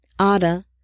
Ada